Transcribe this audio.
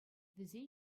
вӗсен